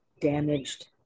damaged